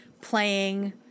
playing